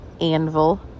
anvil